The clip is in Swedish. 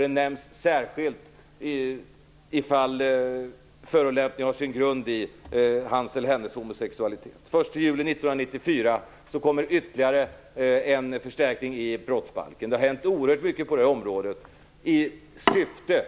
Det nämns särskilt i fall där förolämpning har sin grund i hans eller hennes homosexualitet. Den 1 juli 1994 kom ytterligare en förstärkning i brottsbalken. Det har alltså hänt oerhört mycket på det här området i syfte